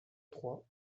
trois